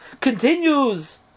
Continues